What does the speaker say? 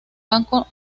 banco